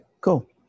Cool